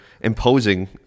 imposing